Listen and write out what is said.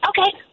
Okay